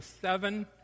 seven